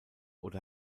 oder